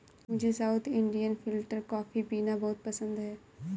मुझे south Indian filter coffee पीना बहुत पसंद है